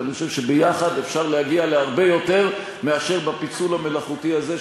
ואני חושב שביחד אפשר להגיע להרבה יותר מאשר בפיצול המלאכותי הזה,